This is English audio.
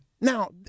Now